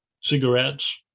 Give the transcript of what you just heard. cigarettes